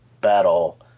battle